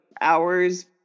hours